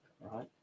right